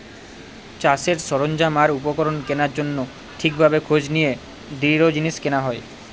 চাষের সরঞ্জাম আর উপকরণ কেনার জন্য ঠিক ভাবে খোঁজ নিয়ে দৃঢ় জিনিস কেনা হয়